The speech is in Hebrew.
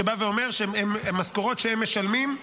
שבא ואומר שאת המשכורות שהם משלמים,